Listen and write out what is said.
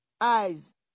eyes